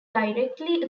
directly